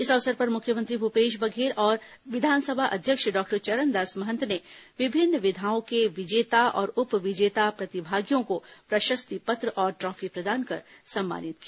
इस अवसर पर मुख्यमंत्री भूपेश बघेल और विधानसभा अध्यक्ष डॉक्टर चरणदास महंत ने विभिन्न विधाओं के विजेता और उपविजेता प्रतिभागियों को प्रशस्ति पत्र और ट्रॉफी प्रदान कर सम्मानित किया